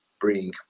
bring